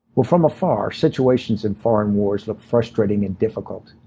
but from afar, situations in foreign wars look frustrating and difficult.